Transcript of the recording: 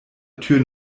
tür